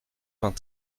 vingt